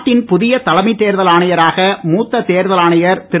நாட்டின் புதிய தலைமைத் தேர்தல் ஆணையராக மூத்த தேர்தல் ஆணையர் திரு